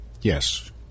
Yes